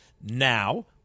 Now –